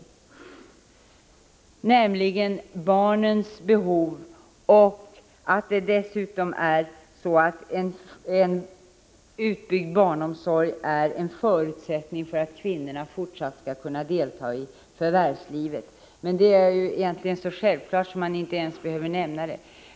Vi kan tillgodose barnens behov och dessutom kan vi tillgodose kvinnornas behov — utbyggd barnomsorg är ju en förutsättning för att kvinnorna skall fortsätta att delta i förvärvslivet. Men det är egentligen så självklart att man inte ens behöver nämna det.